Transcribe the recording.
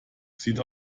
sieht